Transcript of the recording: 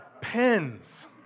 pens